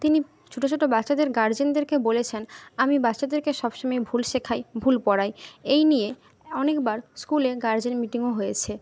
তিনি ছোট ছোট বাচ্চাদের গার্জেনদেরকে বলেছেন আমি বাচ্চাদেরকে সবসময় ভুল শেখাই ভুল পড়াই এই নিয়ে অনেক বার স্কুলে গার্জেন মিটিংও হয়েছে